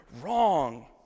Wrong